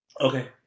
Okay